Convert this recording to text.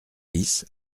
dix